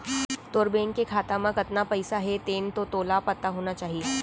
तोर बेंक के खाता म कतना पइसा हे तेन तो तोला पता होना चाही?